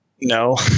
No